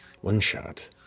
one-shot